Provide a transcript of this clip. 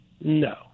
No